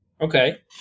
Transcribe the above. Okay